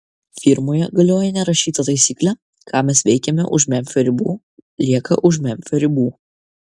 firmoje galioja nerašyta taisyklė ką mes veikiame už memfio ribų lieka už memfio ribų